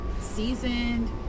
seasoned